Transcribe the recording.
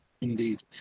Indeed